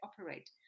operate